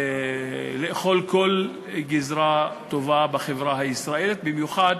לאכול כל גזרה בחברה הישראלית, במיוחד